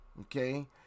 Okay